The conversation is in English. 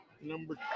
number